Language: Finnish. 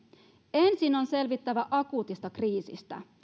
ensin on selvittävä akuutista kriisistä